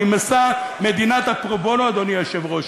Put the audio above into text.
נמאסה מדינת הפרו-בונו, אדוני היושב-ראש.